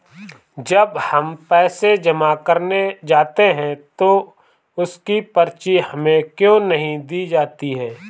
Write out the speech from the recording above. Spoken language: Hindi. जब हम पैसे जमा करने जाते हैं तो उसकी पर्ची हमें क्यो नहीं दी जाती है?